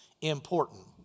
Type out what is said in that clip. important